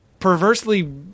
perversely